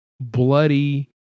bloody